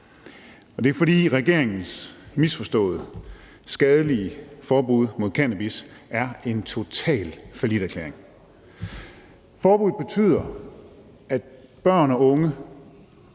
det er, fordi regeringens misforståede, skadelige forbud mod cannabis er en total falliterklæring. Forbuddet betyder, at børn og unge